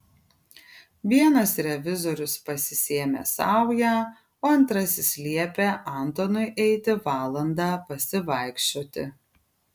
vienas revizorius pasisėmė saują o antrasis liepė antonui eiti valandą pasivaikščioti